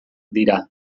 dira